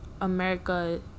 America